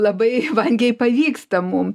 labai vangiai pavyksta mum